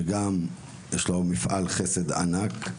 שגם יש לו מפעל חסד ענק,